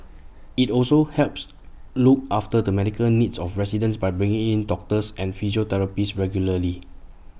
IT also helps look after the medical needs of residents by bringing in doctors and physiotherapists regularly